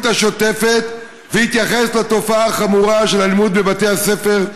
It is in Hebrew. השוטפת ויתייחס לתופעה החמורה של אלימות בבתי הספר.